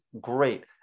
great